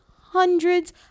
hundreds